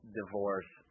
divorce